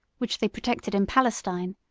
which they protected in palestine,